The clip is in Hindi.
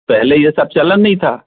पहले यह सब चलन नहीं था